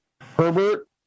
Herbert